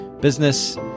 business